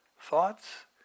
Thoughts